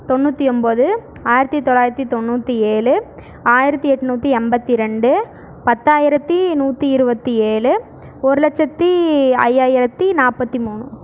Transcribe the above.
தொண்ணூற்றி ஒம்போது ஆயிரத்தி தொள்ளாயிரத்தி தொண்ணூற்றி ஏழு ஆயிரத்தி எட்நூத்தி எண்பத்தி ரெண்டு பத்தாயிரத்தி நூற்றி இருபத்தி ஏழு ஒரு லட்சத்தி ஐயாயிரத்தி நாற்பத்தி மூணு